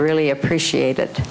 really appreciate it